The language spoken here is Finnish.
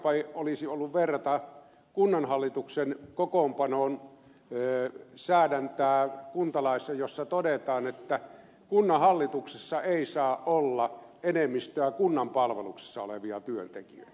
oikeampaa olisi ollut verrata kunnanhallituksen kokoonpanon säädäntää kuntalaissa jossa todetaan että kunnanhallituksessa ei saa olla enemmistöä kunnan palveluksessa olevia työntekijöitä